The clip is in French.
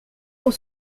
pour